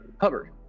Hubbard